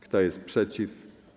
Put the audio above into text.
Kto jest przeciw?